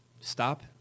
stop